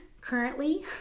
currently